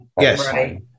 Yes